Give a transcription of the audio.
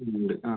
ഉണ്ട് ആഹ്